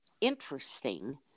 interesting